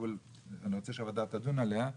ואני רוצה שהוועדה תדון עליו,